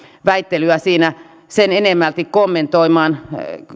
väittelyä siinä sen enemmälti kommentoimaan